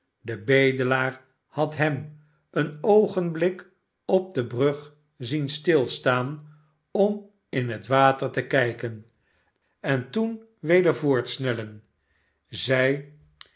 de bedelaar had hem een oogenblik op de brug zien stilstaan om m het water te trijken en toen weder voortsnellen zij